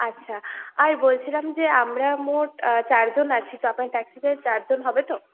আচ্ছা আর বলছিলাম যে আমরা মোট চারজন আছি তো আপনার ট্যাক্সিতে চারজন হবে তো